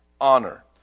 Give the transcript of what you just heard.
Honor